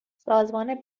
سازمان